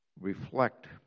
reflect